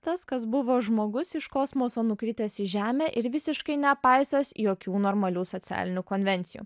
tas kas buvo žmogus iš kosmoso nukritęs į žemę ir visiškai nepaisęs jokių normalių socialinių konvencijų